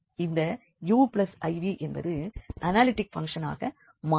இந்த uiv என்பது analytic பங்க்ஷனாக மாறும்